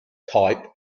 type